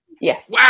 Yes